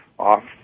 off